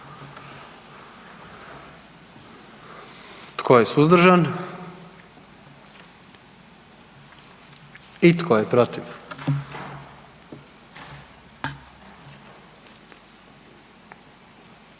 Tko je suzdržan? I tko je protiv?